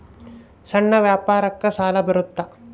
ಸಣ್ಣ ವ್ಯಾಪಾರಕ್ಕ ಸಾಲ ಬರುತ್ತಾ?